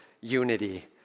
unity